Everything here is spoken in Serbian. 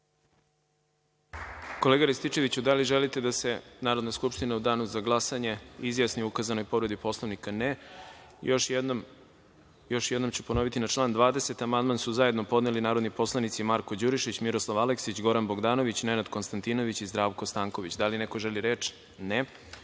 Kolega Rističeviću da li želite da se Narodna skupština u danu za glasanje izjasni o ukazanoj povredi Poslovnika? (Ne)Još jednom ću ponoviti na član 20. amandman su zajedno podneli narodni poslanici Marko Đurišić, Miroslav Aleksić, Goran Bogdanović, Nenad Konstantinović i Zdravko Stanković. Da li neko želi reč?